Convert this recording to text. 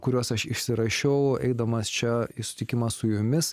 kuriuos aš išsirašiau eidamas čia į susitikimą su jumis